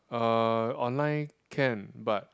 uh online can but